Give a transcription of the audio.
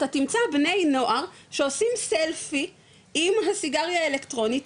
אתה תמצא בני נוער שעושים סלפי עם הסיגריה האלקטרונית,